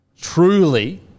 truly